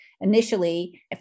initially